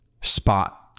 spot